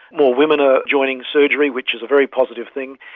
more women are joining surgery, which is a very positive thing.